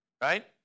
right